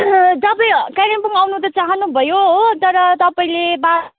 तपाईँ कालिम्पोङ आउनु त चाहनुभयो हो तर तपाईँले बा